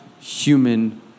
human